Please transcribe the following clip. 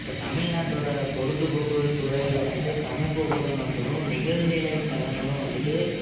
இப்போ தமிழ்நாட்டோட பொழுதுபோக்கு துறையில் வந்துட்டு சமூக ஊடகங்களும் நிகழ்நிலை தளங்களும் வந்துட்டு